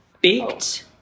Baked